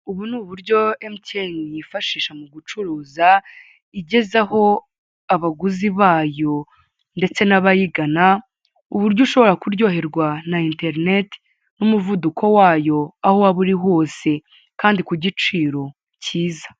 Ubu ni uburyo MTN yifashisha mu gucuruza igezaho abaguzi bayo ndetse n'abayigana uburyo ushobora kuryoherwa na interinete n'umuvuduko wayo aho waba uri hose kandi ku giciro cyiza.